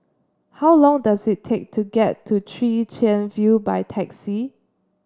how long does it take to get to Chwee Chian View by taxi